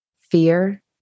fear